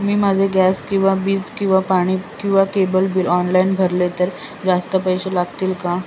मी माझे गॅस किंवा वीज किंवा पाणी किंवा केबल बिल ऑनलाईन भरले तर जास्त पैसे लागतील का?